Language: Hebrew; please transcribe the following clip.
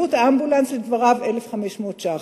עלות האמבולנס, לדבריו, 1,500 שקלים.